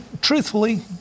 truthfully